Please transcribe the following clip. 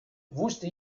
wusste